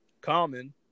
Common